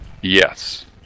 yes